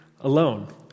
alone